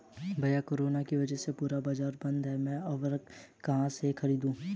भैया कोरोना के वजह से पूरा बाजार बंद है मैं उर्वक कहां से खरीदू?